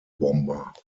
bomber